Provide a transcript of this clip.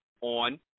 on